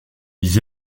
ils